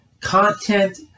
content